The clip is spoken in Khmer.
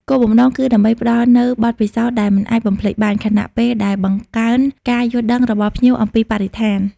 គោលបំណងគឺដើម្បីផ្តល់នូវបទពិសោធន៍ដែលមិនអាចបំភ្លេចបាន ខណៈពេលដែលបង្កើនការយល់ដឹងរបស់ភ្ញៀវអំពីបរិស្ថាន។